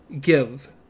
give